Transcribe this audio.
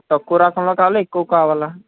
తక్కువ రకంలో కావాలా ఎక్కువ కావాలా